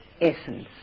essence